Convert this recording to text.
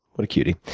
what a cutie.